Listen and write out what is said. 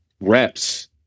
reps